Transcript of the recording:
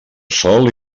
sol